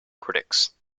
critics